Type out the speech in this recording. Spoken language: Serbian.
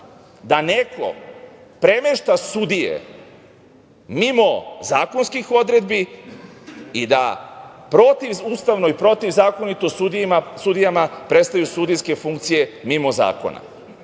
da neko premešta sudije mimo zakonskih odredbi i da protivustavno i protivzakonito sudijama prestaju sudijske funkcije mimo zakona.